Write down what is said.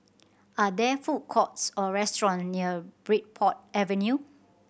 are there food courts or restaurant near Bridport Avenue